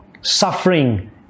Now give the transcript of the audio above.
suffering